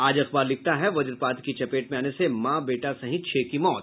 आज अखबार लिखता है वज्रपात की चपेट में आने से मॉ बेटा सहित छह की मौत